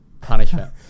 punishment